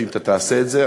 שאם אתה תעשה את זה,